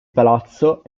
palazzo